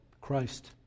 Christ